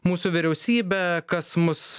mūsų vyriausybę kas mus